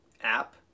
app